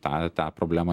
tą tą problemą